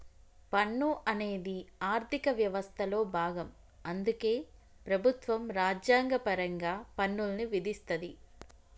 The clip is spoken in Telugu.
పన్ను అనేది ఆర్థిక వ్యవస్థలో భాగం అందుకే ప్రభుత్వం రాజ్యాంగపరంగా పన్నుల్ని విధిస్తది